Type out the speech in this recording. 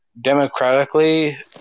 democratically